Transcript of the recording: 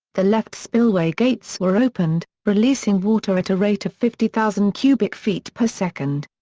the left spillway gates were opened, releasing water at a rate of fifty thousand cubic feet per second.